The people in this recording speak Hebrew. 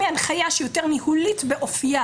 מהנחיה שהיא יותר ניהולית באופייה